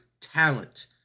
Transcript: talent